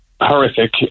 horrific